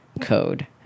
code